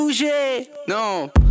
No